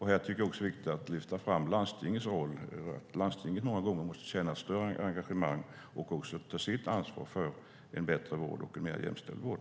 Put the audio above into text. Här tycker jag att det är viktigt att lyfta fram landstingens roll som många gånger måste känna större engagemang och också ta sitt ansvar för en bättre och mer jämställd vård.